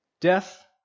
Death